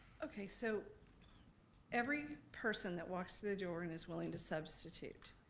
okay so every person that walks through the door and is willing to substitute,